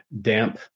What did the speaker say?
damp